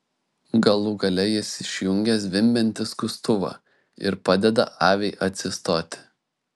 galų gale jis išjungia zvimbiantį skustuvą ir padeda aviai atsistoti